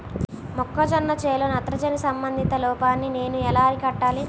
మొక్క జొన్నలో నత్రజని సంబంధిత లోపాన్ని నేను ఎలా అరికట్టాలి?